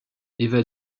eva